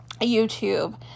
YouTube